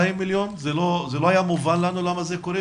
מיליון זה לא היה מובן לנו למה זה קורה,